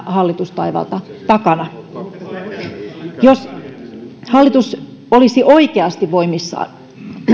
hallitustaivalta takana jos hallitus olisi oikeasti voimissaan